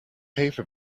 paper